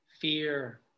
fear